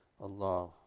Allah